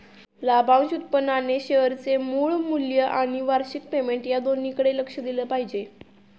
लाभांश उत्पन्नाने शेअरचे मूळ मूल्य आणि वार्षिक पेमेंट या दोन्हीकडे लक्ष दिले पाहिजे